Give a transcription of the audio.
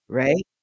right